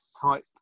type